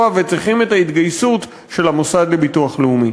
וצריכים את ההתגייסות של המוסד לביטוח לאומי.